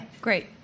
Great